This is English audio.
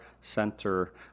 center